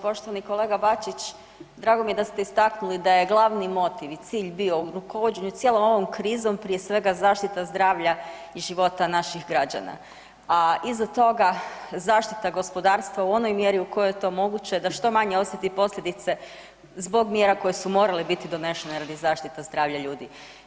Poštovani kolega Bačić, drago mi je da ste istaknuli da je glavni motiv i cilj bio u rukovođenju cijelom ovom krizom prije svega zaštita zdravlja i života naših građana, a iza toga zaštita gospodarstva u onoj mjeri u kojoj je to moguće da što manje osjeti posljedice zbog mjera koje su morale biti donešene radi zaštite zdravlja ljudi.